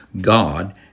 God